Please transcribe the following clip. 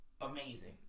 amazing